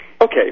okay